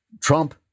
Trump